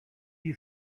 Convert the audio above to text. you